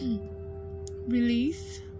Release